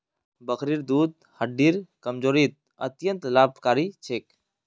बकरीर दूध हड्डिर कमजोरीत अत्यंत लाभकारी छेक